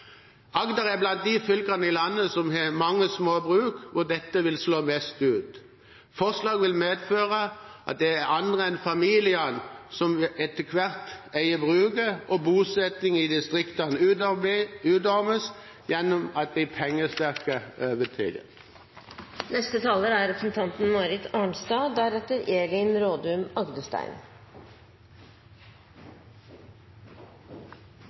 Agder er blant de fylkene i landet som har mange små bruk, hvor dette vil slå verst ut. Forslaget vil medføre at det er andre enn familiene som etter hvert eier bruket, og bosetting i distriktene utarmes gjennom at de pengesterke